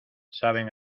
saben